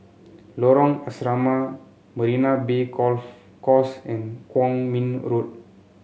Lorong Asrama Marina Bay Golf Course and Kuang Min Road